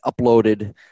uploaded